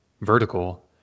vertical